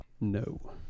No